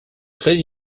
très